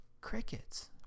crickets